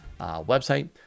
website